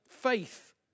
faith